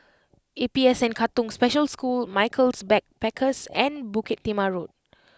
A P S N Katong Special School Michaels Backpackers and Bukit Timah Road